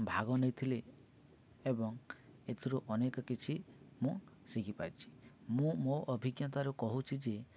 ଭାଗ ନେଇଥିଲେ ଏବଂ ଏଥିରୁ ଅନେକ କିଛି ମୁଁ ଶିଖିପାରିଛିି ମୁଁ ମୋ ଅଭିଜ୍ଞତାରୁ କହୁଛିି ଯେ